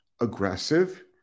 aggressive